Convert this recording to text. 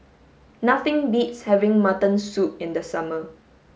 nothing beats having mutton soup in the summer